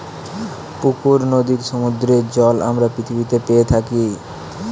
পুকুর, নদীর, সমুদ্রের জল আমরা পৃথিবীতে পেয়ে থাকি